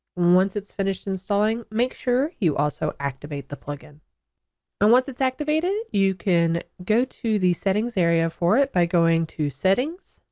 once it's finished installing make sure you also activate the plugin and once it's activated you can go to the settings area for it by going to settings,